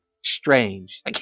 Strange